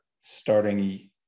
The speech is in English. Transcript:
starting